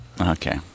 Okay